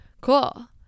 Cool